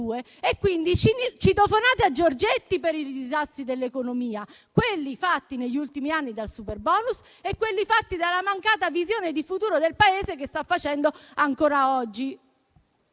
quindi a Giorgetti per i disastri dell'economia: quelli fatti negli ultimi anni dal superbonus e quelli fatti dalla mancata visione di futuro del Paese che sta causando ancora oggi.